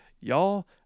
Y'all